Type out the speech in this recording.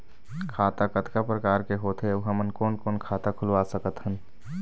खाता कतका प्रकार के होथे अऊ हमन कोन कोन खाता खुलवा सकत हन?